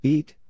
Eat